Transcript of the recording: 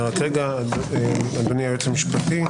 אדוני היועץ המשפטי,